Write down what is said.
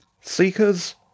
Seekers